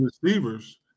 receivers